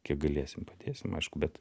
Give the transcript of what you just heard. kiek galėsim padėsim aišku bet